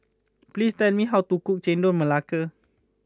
please tell me how to cook Chendol Melaka